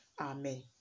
Amen